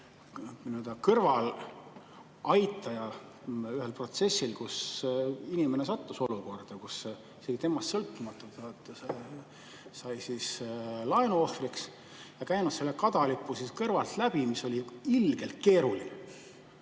kõrvalaitaja ühel protsessil, kus inimene sattus olukorda, kus temast sõltumatult sai temast laenuohver, ja käinud selle kadalipu tema kõrval läbi, mis oli ilgelt keeruline.